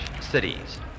cities